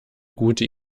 gute